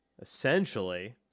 essentially